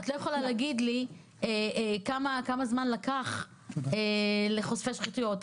את לא יכולה להגיד לי כמה זמן לקח לחושפי שחיתויות,